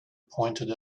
pointed